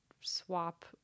swap